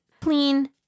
clean